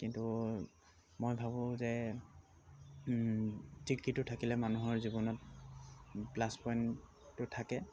কিন্তু মই ভাবোঁ যে ডিগ্ৰীটো থাকিলে মানুহৰ জীৱনত প্লাছ পইণ্টটো থাকে